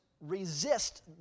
resist